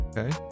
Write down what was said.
Okay